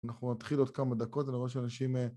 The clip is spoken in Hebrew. אנחנו נתחיל עוד כמה דקות, אני רואה שאנשים...